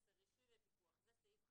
סעיף 10 הוא סעיף חדש.